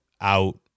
out